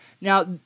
Now